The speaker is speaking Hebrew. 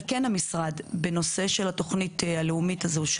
אבל כן המשרד בנושא של התוכנית הלאומית הזו של